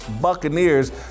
Buccaneers